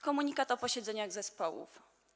Komunikaty o posiedzeniach zespołów.